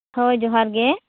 ᱦᱳᱭ ᱡᱚᱦᱟᱸᱨ ᱜᱮ